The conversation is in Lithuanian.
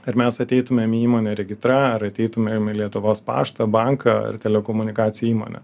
ar mes ateitumėm į įmonę regitra ar ateitumėm į lietuvos paštą banką ar telekomunikacijų įmonę